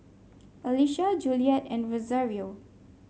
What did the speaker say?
Alisha Juliet and Rosario